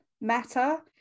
meta